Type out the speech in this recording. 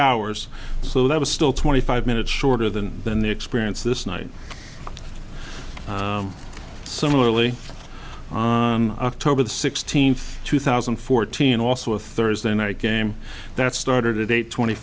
hours so that was still twenty five minutes shorter than than the experience this night similarly on october the sixteenth two thousand and fourteen also a thursday night game that started at eight twenty